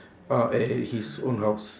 ah at at his own house